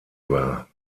war